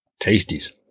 Tasties